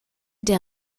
der